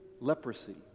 leprosy